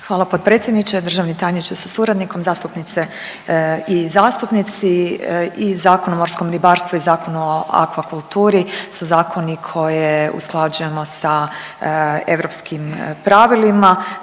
Hvala potpredsjedniče, državni tajniče sa suradnikom, zastupnice i zastupnici. I Zakon o morskom ribarstvu i Zakon o akvakulturi su zakoni koje usklađujemo sa europskim pravilima,